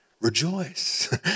rejoice